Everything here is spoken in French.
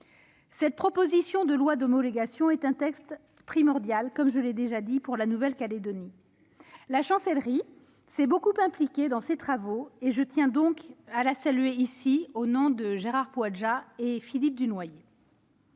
Cette proposition de loi d'homologation est un texte primordial pour la Nouvelle-Calédonie. La Chancellerie s'est beaucoup impliquée dans ces travaux. Je tiens à la saluer ici, au nom de Gérard Poadja et de Philippe Dunoyer.